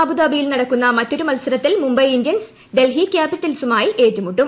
Abu Dhabi യിൽ നടക്കുന്ന മറ്റൊരു മ്ത്സരത്തിൽ മുംബൈ ഇന്ത്യൻസ് ഡൽഹി ക്യാപിറ്റൽസുമായി ഏറ്റുമുട്ടും